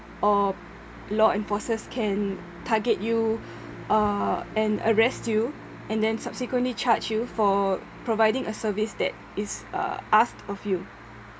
or law enforcers can target you uh and arrest you and then subsequently charge you for providing a service that is uh asked of you